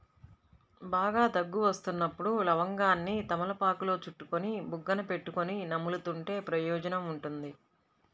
బాగా దగ్గు వస్తున్నప్పుడు లవంగాన్ని తమలపాకులో చుట్టుకొని బుగ్గన పెట్టుకొని నములుతుంటే ప్రయోజనం ఉంటుంది